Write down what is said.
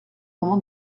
moments